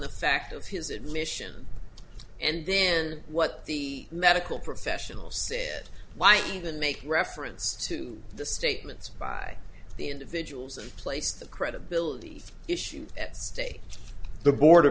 the fact of his admission and than what the medical professional said why even make reference to the statements by the individuals and place the credibility issues at stake the board